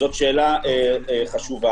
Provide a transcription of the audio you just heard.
זאת שאלה חשובה.